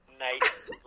night